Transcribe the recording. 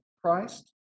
Christ